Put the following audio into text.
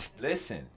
Listen